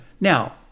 Now